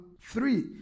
three